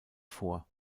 vor